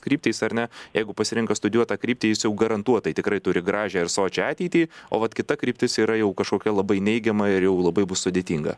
kryptys ar ne jeigu pasirenka studijuot tą kryptį jis jau garantuotai tikrai turi gražią ir sočią ateitį o vat kita kryptis yra jau kažkokia labai neigiama ir jau labai bus sudėtinga